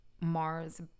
mars